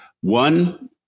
One